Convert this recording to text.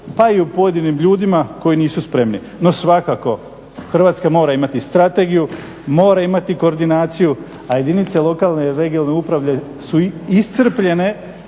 pa i u pojedinim ljudima koji nisu spremni. No svakako Hrvatska mora imati strategiju, mora imati koordinaciju, a jedinice lokalne regionalne uprave su iscrpljene